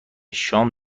شام